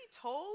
told